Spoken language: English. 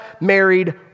married